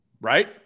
Right